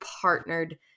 partnered